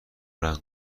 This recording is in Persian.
رنگ